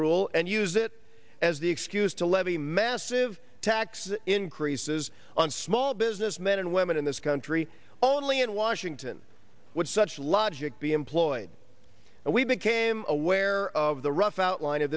rule and use it as the excuse to levy massive tax increases on small business men and women in this country only in washington would such logic be employed and we became aware of the rough outline of